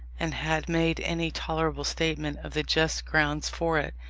and had made any tolerable statement of the just grounds for it,